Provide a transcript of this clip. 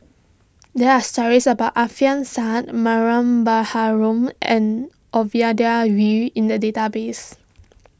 there are stories about Alfian Sa'At Mariam Baharom and Ovidia Yu in the database